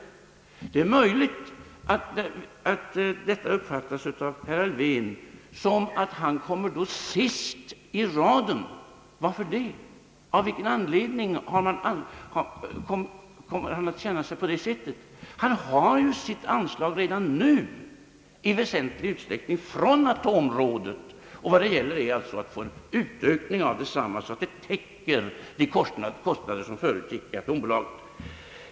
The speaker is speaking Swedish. Det är möjligt att detta av herr Alfvén uppfattas så att han kommer sist i raden. Men varför det? Av vilken anledning skall han känna det så? Han har ju sitt anslag redan nu i väsentlig utsträckning från atområdet, och vad det gäller är alltså att få en ökning av detsamma, så att det täcker de kostnader som förut täcktes genom atombolaget.